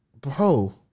bro